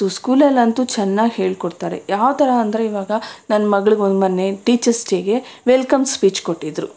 so ಸ್ಕೂಲಲ್ಲಂತೂ ಚೆನ್ನಾಗಿ ಹೇಳ್ಕೊಡ್ತಾರೆ ಯಾವ ಥರ ಅಂದರೆ ಇವಾಗ ನನ್ನ ಮಗ್ಳಿಗೊಂದು ಮೊನ್ನೆ ಟೀಚರ್ಸ್ ಡೇಗೆ ವೆಲ್ಕಮ್ ಸ್ಪೀಚ್ ಕೊಟ್ಟಿದ್ದರು